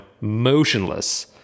motionless